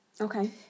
Okay